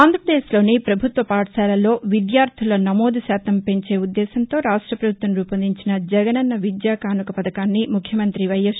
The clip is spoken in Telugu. ఆంధ్రప్రదేశ్లోని ప్రభుత్వ పాఠశాలల్లో విద్యార్థుల నమోదు శాతం పెంచే ఉద్దేశంతో రాష్ట ప్రభుత్వం రూపొందించిన జగనన్న విద్యాకానుకస పథకాన్ని ముఖ్యమంత్రి వైఎస్